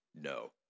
No